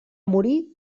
morir